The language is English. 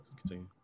continue